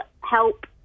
help